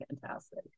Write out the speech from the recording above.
fantastic